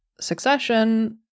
succession